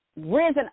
risen